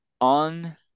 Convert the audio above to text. on